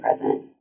present